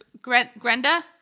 Grenda